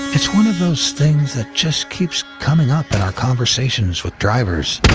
it's one of those things that just keeps coming up in our conversations with drivers.